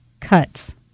cuts